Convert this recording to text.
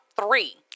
three